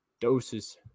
Doses